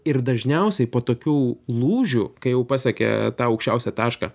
ir dažniausiai po tokių lūžių kai jau pasiekia tą aukščiausią tašką